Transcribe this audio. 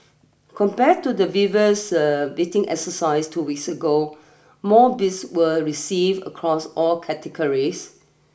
compared to the previous bidding exercise two weeks ago more bids were received across all categories